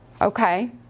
Okay